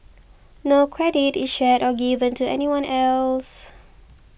no credit is shared or given to anyone else